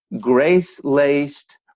grace-laced